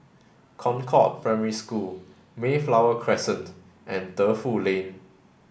Concord Primary School Mayflower Crescent and Defu Lane